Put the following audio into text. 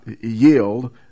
yield